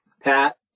Pat